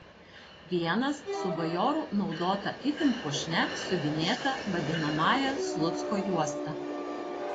vienas su bajorų naudota itin puošnia siuvinėta vadinamąja slucko juosta